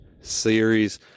series